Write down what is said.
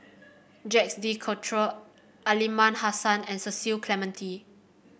Jacques De Coutre Aliman Hassan and Cecil Clementi